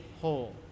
whole